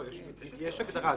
יש כאן הגדרה.